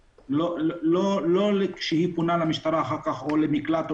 שאישה לא תרגיש שאם היא פונה למשטרה או למקלט או